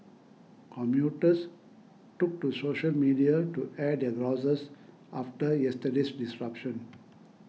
commuters took to social media to air their grouses after yesterday's disruption